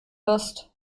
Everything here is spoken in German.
wirst